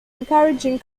encouraging